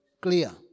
clear